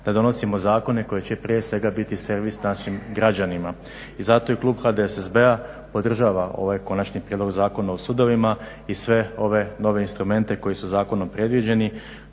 da donosimo zakone koji će prije svega biti servis našim građanima. I zato i klub HDSSB-a podržava ovaj Konačni prijedlog zakona o sudovima i sve ove nove instrumente koji su zakonom predviđeni,